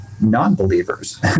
non-believers